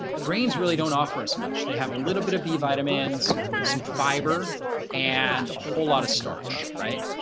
grains really don't offer as much they have a little bit of b vitamins, some fiber and a whole lot of starch, right?